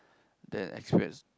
then experience